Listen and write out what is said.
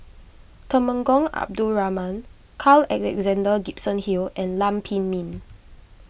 Temenggong Abdul Rahman Carl Alexander Gibson Hill and Lam Pin Min